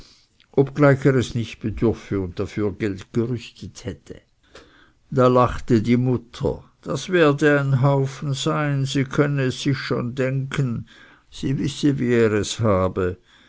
obgleich er es nicht bedürfe und dafür geld gerüstet hätte da lachte die mutter das werde ein haufen sein sie könne es sich schon denken sie wisse wie er es habe